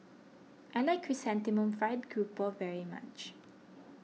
I like Chrysanthemum Fried Grouper very much